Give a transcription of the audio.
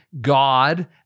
God